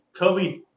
COVID